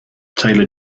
taylor